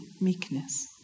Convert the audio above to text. meekness